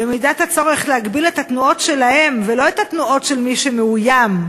ובמידת הצורך להגביל את התנועות שלהם ולא את התנועות של מי שמאוים.